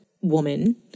woman